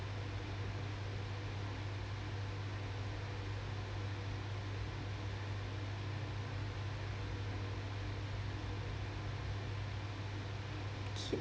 okay